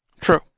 True